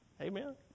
Amen